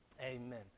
Amen